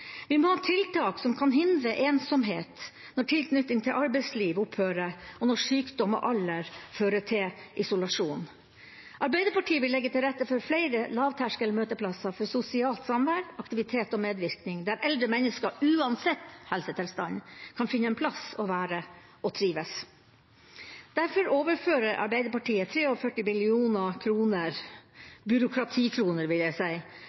vi peker på nettopp dette. Vi må ha tiltak som kan hindre ensomhet når tilknytning til arbeidslivet opphører, og når sykdom og alder fører til isolasjon. Arbeiderpartiet vil legge til rette for flere lavterskel møteplasser for sosialt samvær, aktivitet og medvirkning, der eldre mennesker uansett helsetilstand kan finne en plass å være og trives. Derfor overfører Arbeiderpartiet 43 mill. kr – byråkratikroner vil jeg